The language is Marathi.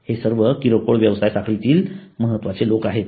हे सर्व किरकोळ व्यवसाय साखळीतील हे महत्त्वाचे लोक आहेत